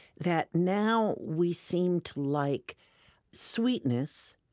that now we seem to like sweetness,